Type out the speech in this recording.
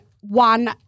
one